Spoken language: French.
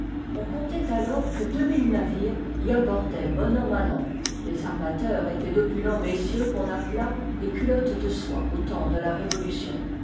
on comptait alors que navires y abordaient bon an mal an les armateurs étaient d'opulents messieurs qu'on appela les culottes de soie au temps de la révolution